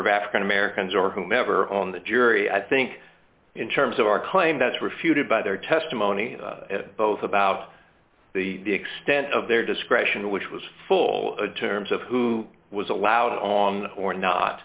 of african americans or whomever on the jury i think in terms of our claim that refuted by their testimony both about the extent of their discretion which was full terms of who was allowed on or not